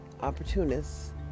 opportunists